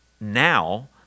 now